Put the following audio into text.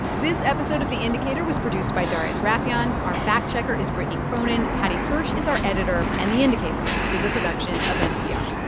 this episode of the indicator was produced by darius rafieyan. our fact-checker is brittany cronin. paddy hirsch is our editor. and the indicator is a production of npr